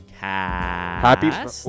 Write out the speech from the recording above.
Happy